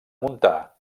muntar